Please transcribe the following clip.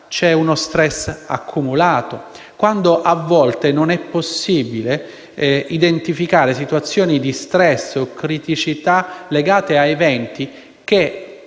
c'è uno stress accumulato e a volte non è possibile identificare situazioni di stress o criticità legate a eventi che